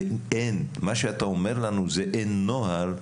ומה שאתה אומר לנו זה שאין נוהל,